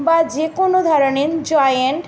বা যে কোনও ধরনের জয়েন্ট